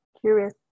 curious